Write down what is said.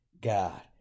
God